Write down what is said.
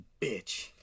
bitch